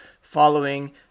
following